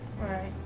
Right